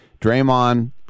Draymond